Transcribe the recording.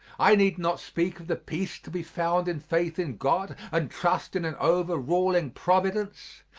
i need not speak of the peace to be found in faith in god and trust in an overruling providence.